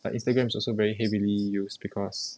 like instagram is also very heavily used because